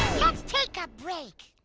let's take a break,